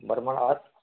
बरं मग आज